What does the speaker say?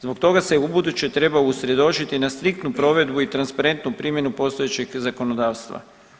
Zbog toga se u buduće treba usredotočiti na striktnu provedbu i transparentnu primjenu postojećeg zakonodavstva.